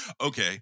Okay